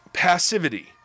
passivity